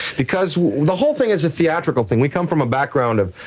because the whole thing is a theatrical thing, we come from a background of.